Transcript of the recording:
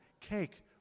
cake